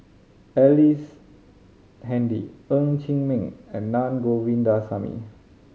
Ellice Handy Ng Chee Meng and Na Govindasamy